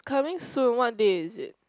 coming soon what day is it